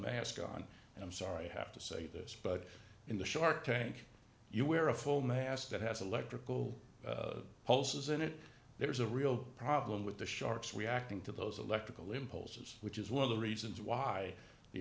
mask on and i'm sorry i have to say this but in the shark tank you wear a full mask that has electrical pulses in it there's a real problem with the sharks reacting to those electrical impulses which is one of the reasons why the